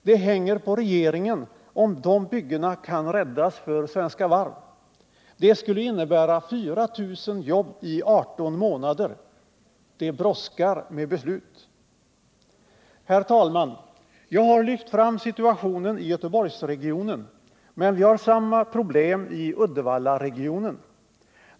Det hänger på regeringen om de byggena kan räddas för Svenska Varv. Det skulle innebära 4 000 jobb i 18 månader. Det brådskar med beslut. Herr talman! Jag har lyft fram situationen i Göteborgsregionen, men vi har samma problem i Uddevallaregionen.